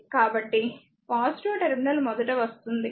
కాబట్టి టెర్మినల్ మొదట వస్తుంది